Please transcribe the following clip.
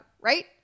right